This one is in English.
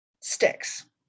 sticks